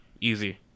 Easy